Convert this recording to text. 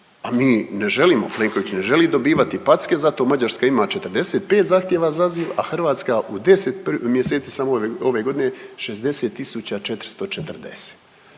a mi ne želimo, Plenković ne želi dobivati packe. Zato Mađarska ima 45 zahtjeva za azil, a Hrvatska u 10 mjeseci samo ove godine 60 440